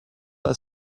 are